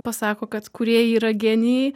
pasako kad kūrėjai yra genijai